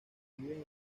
viven